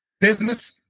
business